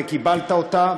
וקיבלת אותה,